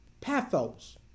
pathos